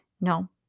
no